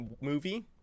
movie